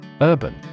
Urban